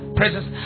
presence